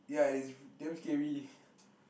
ya it is damn scary